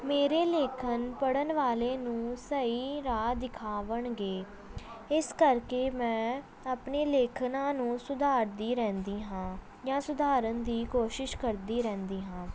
ਮੇਰੇ ਲੇਖਨ ਪੜ੍ਹਨ ਵਾਲੇ ਨੂੰ ਸਹੀ ਰਾਹ ਦਿਖਾਵਣਗੇ ਇਸ ਕਰਕੇ ਮੈਂ ਆਪਣੇ ਲੇਖਨਾਂ ਨੂੰ ਸੁਧਾਰਦੀ ਰਹਿੰਦੀ ਹਾਂ ਜਾਂ ਸਧਾਰਨ ਦੀ ਕੋਸ਼ਿਸ਼ ਕਰਦੀ ਰਹਿੰਦੀ ਹਾਂ